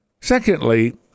Secondly